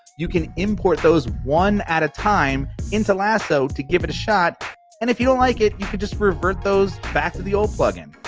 you can import those one at a time into lasso to give it a shot and if you don't like it, you can just revert those back to the old plugin.